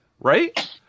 right